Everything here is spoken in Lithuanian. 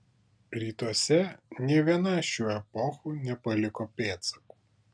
rytuose nė viena šių epochų nepaliko pėdsakų